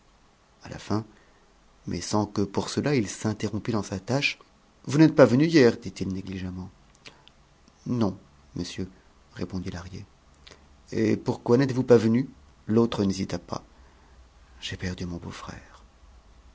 à la fin mais sans que pour cela il s'interrompît dans sa tâche vous n'êtes pas venu hier dit-il négligemment non monsieur répondit lahrier et pourquoi n'êtes-vous pas venu l'autre n'hésita pas j'ai perdu mon beau-frère